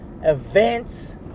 events